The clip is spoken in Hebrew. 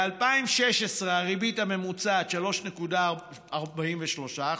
ב-2016, הריבית הממוצעת 3.43%,